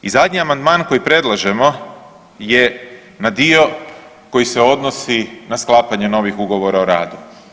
I zadnji amandman koji predlažemo je na dio koji se odnosi na sklapanje novih ugovora o radu.